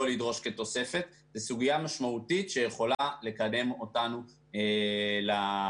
לדרוש כתוספת היא סוגיה משמעותית שיכולה לקדם אותנו לפתרון.